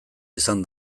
izan